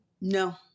No